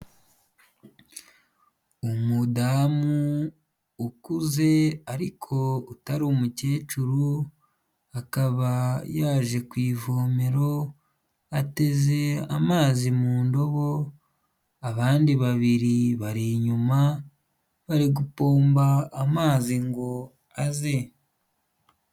Umudamu ukuze ariko utari umukecuru, akaba yaje ku ivomero, ateze amazi mu ndobo, abandi babiri bari inyuma, bari gupomba amazi ngo aze.